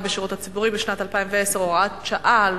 בשירות הציבורי בשנת 2010 (הוראת שעה),